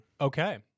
Okay